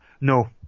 no